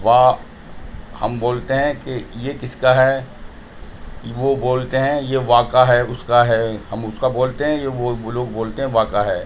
وا ہم بولتے ہیں کہ یہ کس کا ہے وہ بولتے ہیں یہ وا کا ہے اس کا ہے ہم اس کا بولتے ہیں وہ لوگ بولتے ہیں وا کا ہے